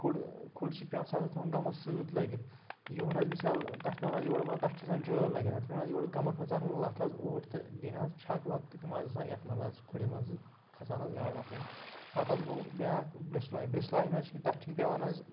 کھُڑ کھُڑ سۭتۍ پٮ۪وان سُہ حظ تھاوُن گَمَس سۭتۍ لٲگِتھ یورٕ حظ مِثال تَتھ پٮ۪وان حظ یورٕ ما تَتھ چھِ آسان جٲلۍ لٲگِتھ تَتھ پٮ۪وان حظ یورٕ گَمَس منٛز ژانٕنۍ لَتھ حظ اوٗرۍ تہٕ دِنۍ حظ چھَک وَک تہٕ تِم حظ آسان یَتھ منٛز حظ کھُڑِ منٛز کھَسان حظ گاڈٕ اَتھ منٛز پَتہٕ حظ گوٚو بیٛاکھ بِرٛسلٲے بِرٛسلاے منٛز چھِنہٕ تَتھ چھِنہٕ پٮ۪وان حظ